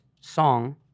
song